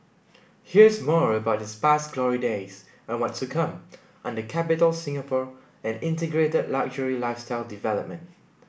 here's more about its past glory days and what's to come under Capitol Singapore an integrated luxury lifestyle development